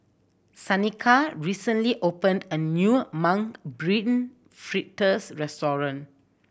Shanika recently opened a new Mung Bean Fritters restaurant